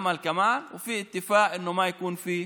וגם אנו מקפידים על כך,